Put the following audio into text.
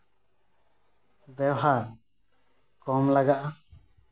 ᱵᱮᱣᱦᱟᱨ ᱠᱚᱢ ᱞᱟᱜᱟᱜᱼᱟ